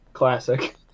classic